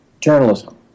journalism